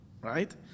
right